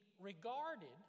regarded